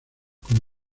con